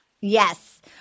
Yes